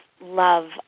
love